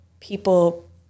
people